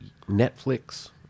Netflix